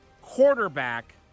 Quarterback